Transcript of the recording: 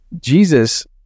jesus